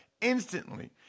instantly